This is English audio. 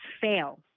fail